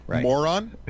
Moron